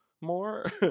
more